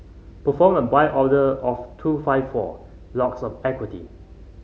perform a buy order of two five four lots of equity